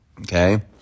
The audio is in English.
okay